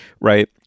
right